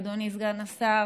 אדוני סגן השר,